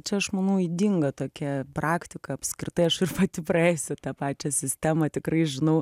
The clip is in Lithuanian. čia aš manau ydinga tokia praktika apskritai aš pati praėjusi tą pačią sistemą tikrai žinau